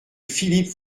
philippe